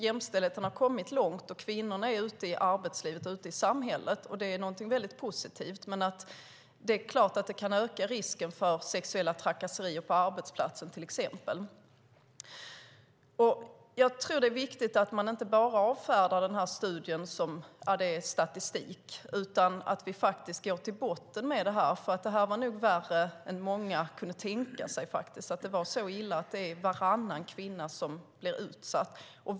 Jämställdheten har kommit långt, och kvinnorna är ute i arbetslivet och i samhället. Det är positivt. Men det är klart att det kan öka risken för sexuella trakasserier på arbetsplatsen. Det är viktigt att inte bara avfärda studien som att det är fråga om statistik utan att vi går till botten med frågorna. Studien visar att detta är värre än vad många kan tänka sig, det vill säga att det är så illa att varannan kvinna är utsatt.